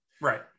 right